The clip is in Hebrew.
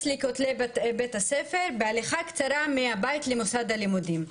לכותלי בית הספר בהליכה קצרה מהבית למוסד הלימודים.